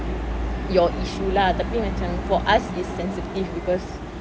your issue lah tapi macam for us is sensitive because